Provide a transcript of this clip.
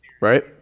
right